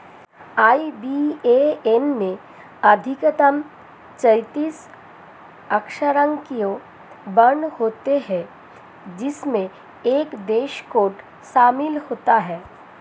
IBAN में अधिकतम चौतीस अक्षरांकीय वर्ण होते हैं जिनमें एक देश कोड शामिल होता है